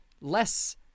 less